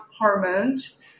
hormones